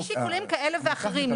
זה לא היה שיקולים כאלה ואחרים.